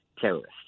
terrorists